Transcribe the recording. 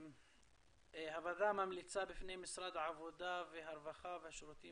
הוועדה ממליצה בפני משרד העבודה והרווחה והשירותים